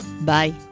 Bye